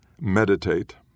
meditate